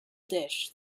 dish